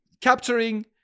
capturing